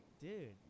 dude